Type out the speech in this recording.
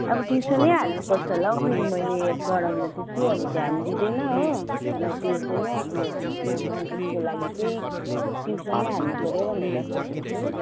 अब ट्युसन नै हाल्नुपर्छ होला हौ खोई मैले पढाउँदा त्यति अब ध्यान दिँदैन हो मलाई टेर्दैन हो म्याथम्याटिक्सको लागि चाहिँ ट्युसन नै हाल्नुपर्यो भनेर सोच्दैछु